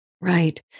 right